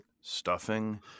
stuffing